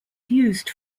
used